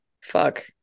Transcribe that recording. fuck